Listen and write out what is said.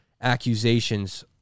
accusations